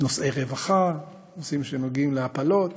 נושאי רווחה, נושאים שנוגעים להפלות,